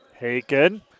Haken